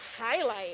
highlight